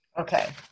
Okay